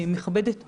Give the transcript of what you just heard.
מכבדת אותנו.